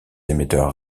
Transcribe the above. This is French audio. émetteurs